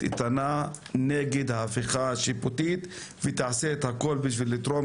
איתנה נגד ההפיכה השיפוטית ותעשה את הכול בשביל לתרום